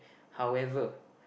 however